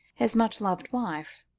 his much-loved wife.